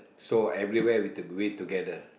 so everywhere we have to do it together